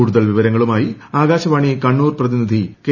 കൂടുതൽ വിവരങ്ങളുമായി ആകാശവാണി കണ്ണൂർ പ്രതിനിധി കെ